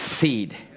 seed